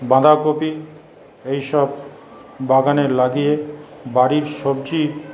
বাঁধাকপি এইসব বাগানে লাগিয়ে বাড়ির সবজি